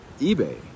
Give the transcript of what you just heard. eBay